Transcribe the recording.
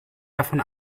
davon